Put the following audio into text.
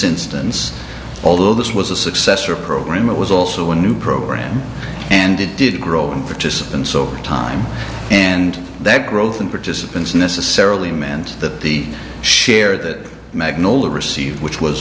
instance although this was a successor program it was also a new program and it did grow participants over time and that growth in participants necessarily meant that the share that magnolia received which was